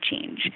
change